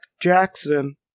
Jackson